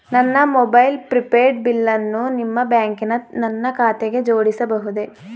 ನನ್ನ mobile prepaid ಬಿಲ್ಲನ್ನು ನಿಮ್ಮ ಬ್ಯಾಂಕಿನ ನನ್ನ ಖಾತೆಗೆ ಜೋಡಿಸಬಹುದೇ?